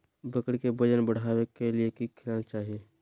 बकरी के वजन बढ़ावे ले की खिलाना चाही?